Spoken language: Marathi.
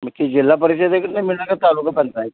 मग की जिल्हा परिषदेकडे मिळणार का तालुका पंचायत